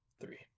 Three